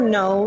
no